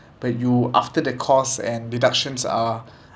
but you after the cost and deductions are